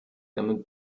damit